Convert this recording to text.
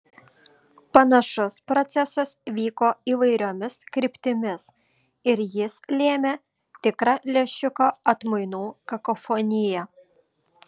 panašus procesas vyko įvairiomis kryptimis ir jis lėmė tikrą lęšiuko atmainų kakofoniją